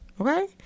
Okay